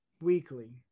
weekly